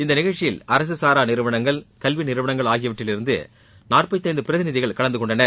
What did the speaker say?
இந்த நிகழ்ச்சியில் அரசு சாரா நிறுவனங்கள் கல்வி நிறுவனங்கள் ஆகியவற்றிலிருந்து நாற்பத்தைந்து பிரதிநிதிகள் கலந்துகொண்டனர்